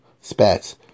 spats